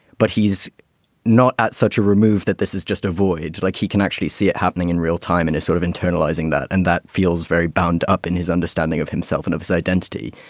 but he's not at such a remove that this is just a void. like he can actually see it happening in real time and is sort of internalizing that. and that feels very bound up in his understanding of himself and of his identity.